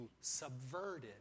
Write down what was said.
subverted